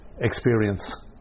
experience